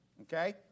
Okay